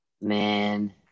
man